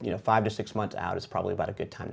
you know five to six months out is probably about a good time to